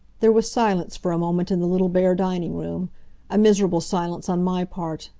there was silence for a moment in the little bare dining-room a miserable silence on my part,